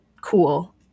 cool